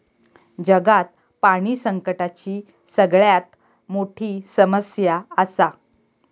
जगात पाणी संकटाची सगळ्यात मोठी समस्या आसा